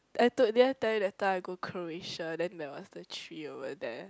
I told did I tell you later I go Croatia then there was a tree over there